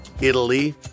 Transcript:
Italy